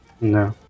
No